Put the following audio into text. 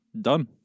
Done